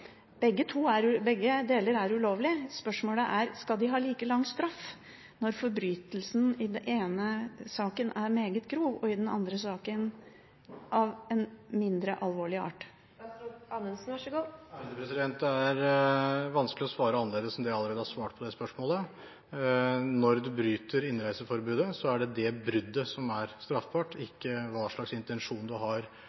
Begge deler er ulovlig, spørsmålet er om de skal ha like lang straff når forbrytelsen i den ene saken er meget grov og i den andre saken av en mindre alvorlig art. Det er vanskelig å svare annerledes enn det jeg allerede har svart på det spørsmålet. Når man bryter innreiseforbudet, er det det bruddet som er straffbart,